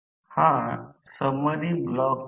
तर हा s भाग आहे आणि हा भाग f आहे